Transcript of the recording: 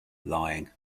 lying